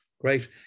Great